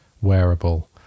wearable